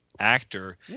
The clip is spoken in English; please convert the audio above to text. Actor